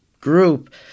group